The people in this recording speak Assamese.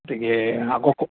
গতিকে